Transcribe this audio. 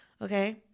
okay